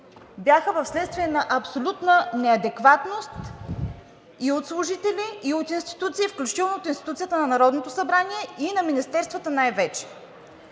бяха вследствие на абсолютна неадекватност и от служители, и от институции, включително от институцията на Народното събрание и на министерствата най-вече.